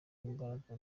imbaraga